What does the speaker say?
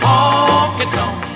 Honky-tonk